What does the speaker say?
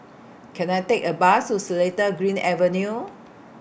Can I Take A Bus to Seletar Green Avenue